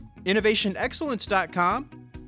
innovationexcellence.com